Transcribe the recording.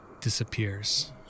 disappears